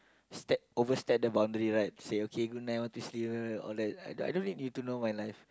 step over step the boundary right say okay good night want to sleep all that I don't really need to know my life